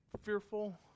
fearful